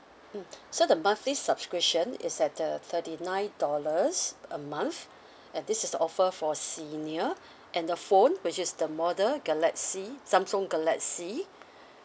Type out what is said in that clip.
mm so the monthly subscription is at uh thirty nine dollars a month and this is a offer for senior and the phone which is the model galaxy Samsung galaxy